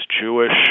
Jewish